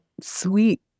sweet